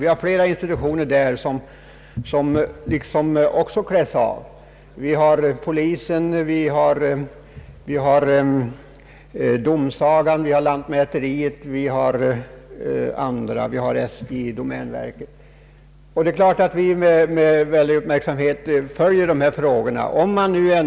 Vi har där flera institutioner som också liksom kläs av i fråga om personal: polisen, domsagan, lantmäteriet, SJ, domänverket och andra. Det innebär ytterligare försvagning, och vi följer naturligtvis dessa frågor med stor uppmärksamhet.